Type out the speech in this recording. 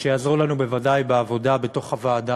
שיעזרו לנו בוודאי בעבודה בתוך הוועדה.